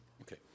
Okay